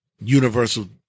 universal